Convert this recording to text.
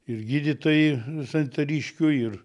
ir gydytojai santariškių ir